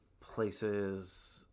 places